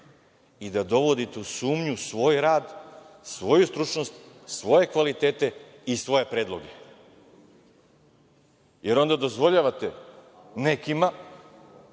i da dovodite u sumnju svoj rad, svoju stručnost, svoje kvalitete i svoje predloge, jer onda dozvoljavate nekima